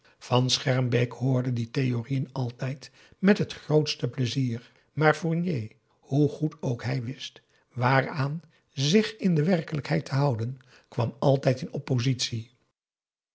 van schermbeek hoorde die theorieën altijd met het grootste pleizier maar fournier hoe goed ook hij wist waaraan zich in de werkelijkheid te houden kwam altijd in oppositie